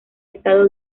estado